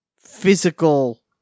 physical